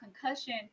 concussion